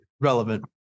relevant